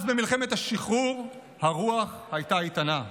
אז, במלחמת השחרור, הרוח הייתה איתנה.